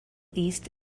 east